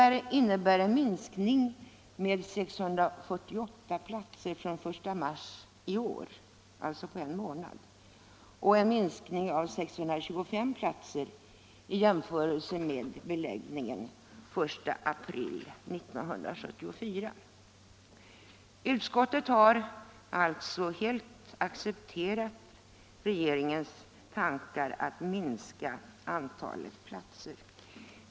Det innebär en minskning med 648 platser från den 1 mars i år, alltså på en månad, och en minskning med 625 platser i jämförelse med beläggningen den 1 april 1974. Utskottet har, som sagt, helt accepterat regeringens tankar att minska antalet platser.